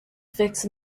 fix